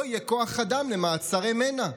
לא יהיה כוח אדם למעצרי מנע.